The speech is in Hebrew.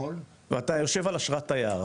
ואתה יושב על אשרת תייר.